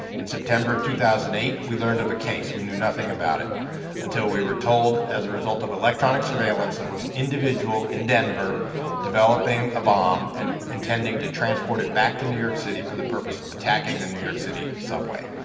in september two thousand and eight, we learned of a case. we knew nothing about it until we were told as result of electronic surveillance there was an individual in denver developing a bomb and intending to transport it back to new york city for the purpose of attacking the new york city subway